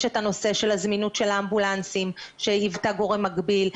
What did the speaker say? יש את הנושא של הזמינות של האמבולנסים שהיווה גורם מגביל,